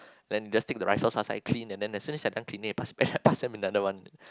and then just take the rifles after I clean and then as soon I'm done cleaning I pass them back I pass them another one